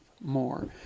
more